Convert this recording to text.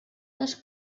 les